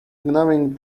ignoring